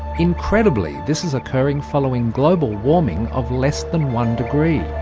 incredibly this is occurring following global warming of less than one degree.